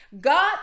God